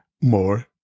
More